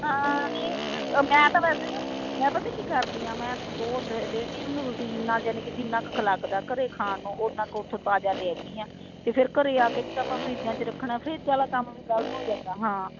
ਹਾਂ ਨਹੀਂ ਮੈਂ ਤਾਂ ਵੈਸੇ ਨਾ ਮੈਂ ਪਤਾ ਕੀ ਕਰਦੀ ਹਾਂ ਮੈਂ ਰੋਜ਼ ਡੇਲੀ ਨੂੰ ਰੂਟੀਨ ਨਾਲ ਜਾਨੀ ਕਿ ਜਿੰਨਾ ਕੁ ਲੱਗਦਾ ਘਰੇ ਖਾਣ ਨੂੰ ਉਨਾ ਕੁ ਉਥੋਂ ਤਾਜ਼ਾ ਲਿਆਵਨੀ ਹਾਂ ਅਤੇ ਫਿਰ ਘਰੇ ਆ ਕੇ ਵੀ ਆਪਾਂ ਫਰਿੱਜਾਂ 'ਚ ਰੱਖਣਾ ਫਰਿੱਜ ਵਾਲਾ ਕੰਮ ਵੀ ਗਲਤ ਹੋ ਜਾਂਦਾ ਹਾਂ